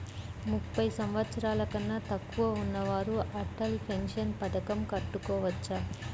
ముప్పై సంవత్సరాలకన్నా తక్కువ ఉన్నవారు అటల్ పెన్షన్ పథకం కట్టుకోవచ్చా?